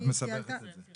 את מסבכת את זה.